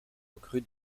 recrue